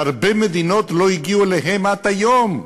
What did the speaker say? שהרבה מדינות לא הגיעו אליהם עד היום.